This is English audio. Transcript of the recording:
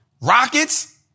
rockets